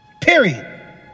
Period